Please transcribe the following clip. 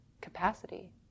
capacity